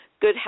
Good